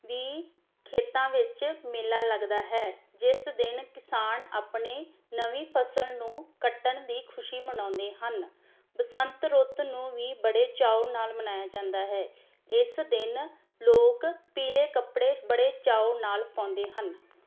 ਵੀ ਖੇਤਾਂ ਵਿੱਚ ਮੇਲਾ ਲੱਗਦਾ ਹੈ ਜਿਸ ਦਿਨ ਕਿਸਾਨ ਆਪਣੀ ਨਵੀਂ ਫਸਲ ਨੂੰ ਕੱਟਣ ਦੀ ਖੁਸ਼ੀ ਮਨਾਉਂਦੇ ਹਨ ਬਸੰਤ ਰੁੱਤ ਨੂੰ ਵੀ ਬੜੇ ਚਾਉ ਨਾਲ ਮਨਾਇਆ ਜਾਂਦਾ ਹੈ ਇਸ ਦਿਨ ਲੋਕ ਪੀਲੇ ਕੱਪੜੇ ਬੜੇ ਚਾਉ ਨਾਲ ਪਾਉਂਦੇ ਹਨ